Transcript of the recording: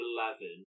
Eleven